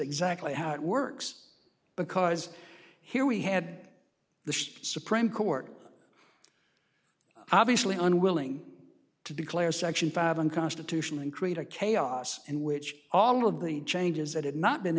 exactly how it works because here we had the supreme court obviously unwilling to declare section five unconstitutional and create a chaos in which all of the changes that have not been